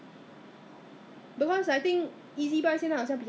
to my doorstep 都都是 free 的 I just have to pay one flat fee